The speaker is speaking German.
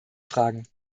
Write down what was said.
fragen